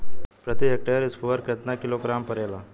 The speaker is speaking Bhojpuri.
प्रति हेक्टेयर स्फूर केतना किलोग्राम परेला?